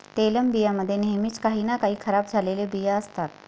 तेलबियां मध्ये नेहमीच काही ना काही खराब झालेले बिया असतात